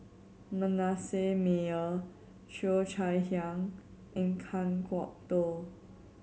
Manasseh Meyer Cheo Chai Hiang and Kan Kwok Toh